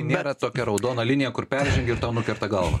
nėra tokia raudona linija kur peržengi ir tau nukerta galvą